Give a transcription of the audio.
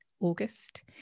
August